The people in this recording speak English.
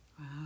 Wow